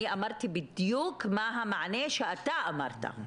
אני אמרתי בדיוק מה המענה שאתה אמרת.